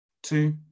two